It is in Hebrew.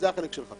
זה החלק שלך.